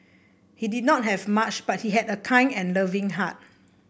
he did not have much but he had a kind and loving heart